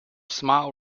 smile